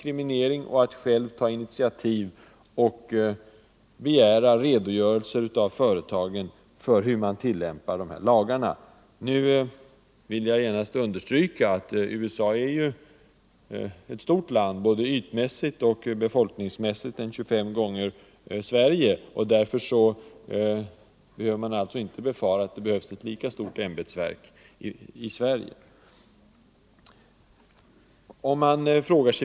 Kommissionen får också själv ta initiativ och begära redogörelser av företagen för hur de tillämpar lagarna. Jag vill understryka att USA är ett stort land — befolkningsmässigt 25 gånger större än Sverige. Vi behöver alltså inte befara att det krävs ett lika stort ämbetsverk hos oss.